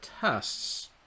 tests